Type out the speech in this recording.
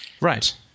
Right